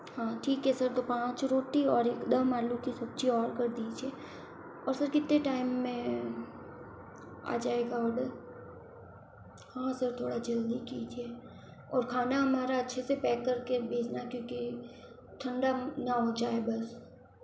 हाँ ठीक है सर तो पांच रोटी और एक दम आलू की सब्ज़ी और कर दीजिए और सर कितने टाइम में आ जाएगा ऑर्डर हाँ सर थोड़ा जल्दी कीजिए और खाना हमारा अच्छी से पैक कर के भेजना क्योंकि ठंडा ना हो जाए बस